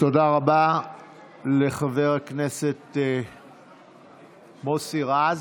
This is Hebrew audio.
תודה רבה לחבר הכנסת מוסי רז.